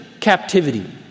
captivity